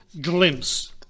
glimpse